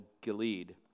Gilead